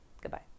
goodbye